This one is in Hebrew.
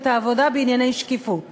בעוד שכיר יכול